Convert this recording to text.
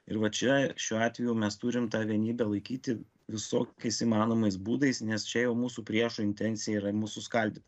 ir va čia šiuo atveju mes turim tą vienybę laikyti visokiais įmanomais būdais nes čia jau mūsų priešo intencija yra mus suskaldyt